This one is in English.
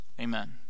amen